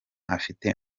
afite